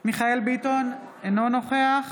מיכאל מרדכי ביטון, אינו נוכח